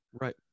Right